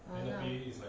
ah lah